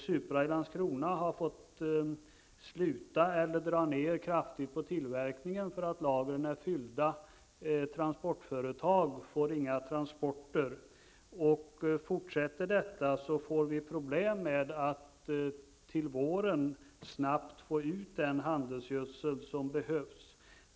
Supra i Landskrona har fått sluta eller åtminstone kraftigt dra ned på tillverkningen eftersom lagren är fyllda, och transportföretagen får inga transporter. Om detta fortsätter får man problem med att till våren snabbt få ut den handelsgödsel som behövs.